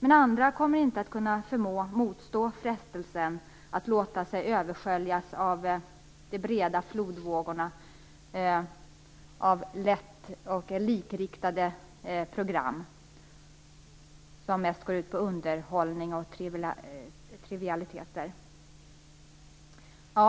Men andra kommer inte att förmå motstå frestelsen att låta sig översköljas av de breda flodvågorna av lätta och likriktade program, som mest går ut på underhållning och trivialiteter.